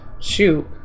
shoot